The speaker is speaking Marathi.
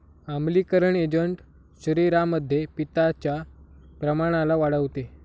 आम्लीकरण एजंट शरीरामध्ये पित्ताच्या प्रमाणाला वाढवते